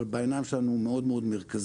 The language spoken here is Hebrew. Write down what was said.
אבל בעיניים שלנו הוא מאוד מאוד מרכזי,